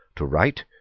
to wright,